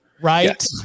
right